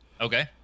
Okay